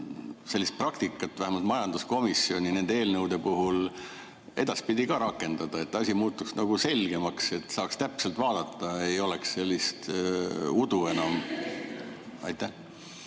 sellist praktikat vähemalt majanduskomisjonil nende eelnõude puhul edaspidi ka rakendada, et asi muutuks selgemaks ja saaks täpselt vaadata, ei oleks sellist udu enam? Hea